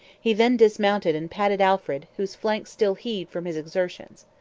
he then dismounted and patted alfred, whose flanks still heaved from his exertions.